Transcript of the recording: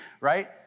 right